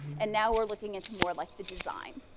and now we're looking into more like the design.